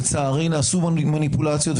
לצערי נעשו מניפולציות.